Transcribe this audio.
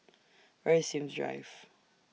Where IS Sims Drive